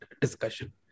discussion